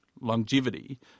longevity